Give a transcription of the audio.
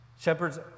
Shepherds